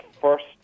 first